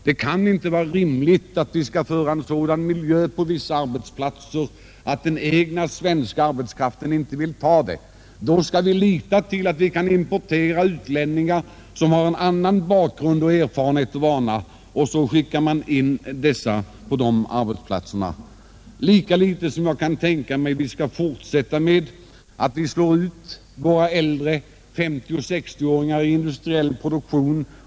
Det kan inte vara rimligt att miljön på vissa arbetsplatser är sådan att den svenska arbetskraften inte vill ta arbetena i fråga och att vi skall lita till import av utlänningar som har en annan bakgrund och en annan erfarenhet. Lika litet kan jag tänka mig att vi skall fortsätta att låta våra 50-60-åringar slås ut från industriellt arbete.